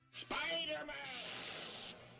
Spider-Man